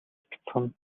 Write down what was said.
бяцхан